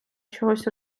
чогось